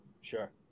Sure